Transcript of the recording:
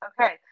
Okay